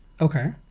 Okay